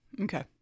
Okay